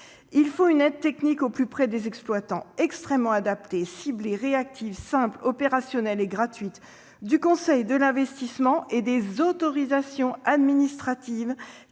Il faut une aide technique au plus près des exploitants, extrêmement adaptée, ciblée, réactive, simple, opérationnelle et gratuite, du conseil, de l'investissement et des autorisations administratives